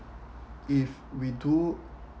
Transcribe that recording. if we do